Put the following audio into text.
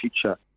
future